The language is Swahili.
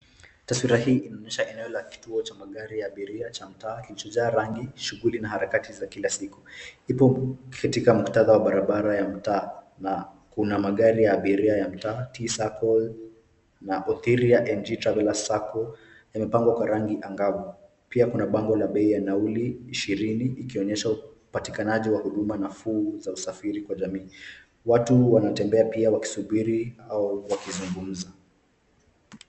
Taswira hii inaonyesha eneo la kituo cha magari ya abiria cha mtaa kilichojaa rangi, shughuli na harakati za kila siku. Ipo kati muktadha wabarabara wa mtaa na kuna magari ya abiria ya mtaa, T-Sacco na Othiria Ng traveler yamepangwa kwa rangi angavu. Pia kuna bango la bei ya nauli 20 ikionyesha upatikanaji wa huduma nafuu za usafiri kwa jamii. Watu wanatembea pia wakisubiri au wakizungumza.